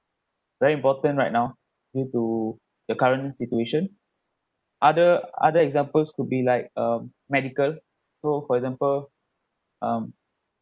very important right now due to the current situation other other examples could be like um medical so for example